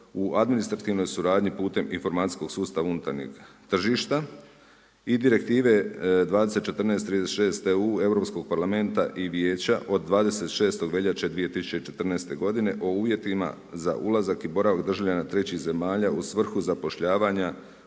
u administrativnoj suradnji putem informacijskog sustava unutarnjeg tržišta i Direktive 2014/36 EU Europskog parlamenta i Vijeća od 26. veljače 2014. godine o uvjetima za ulazak i boravak državljana trećih zemalja u svrhu zapošljavanja